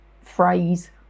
phrase